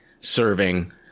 serving